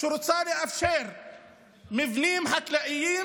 שרוצה לאפשר מבנים חקלאיים